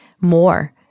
more